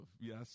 Yes